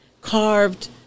carved